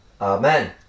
Amen